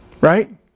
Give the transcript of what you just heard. Right